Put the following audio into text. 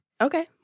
Okay